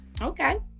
Okay